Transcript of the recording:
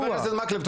חבר הכנסת מקלב,